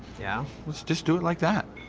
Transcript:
yeah. let's just do it like that.